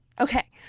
Okay